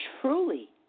truly